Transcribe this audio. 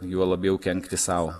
juo labiau kenkti sau